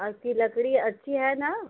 आपकी लकड़ी अच्छी है ना